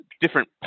different